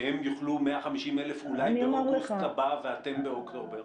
שהם יוכלו 150,000 אולי באוגוסט הבא ואתם באוקטובר?